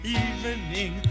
evening